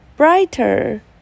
Brighter